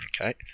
Okay